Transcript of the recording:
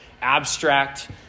abstract